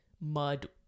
mud